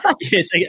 Yes